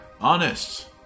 Honest